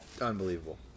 unbelievable